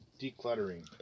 Decluttering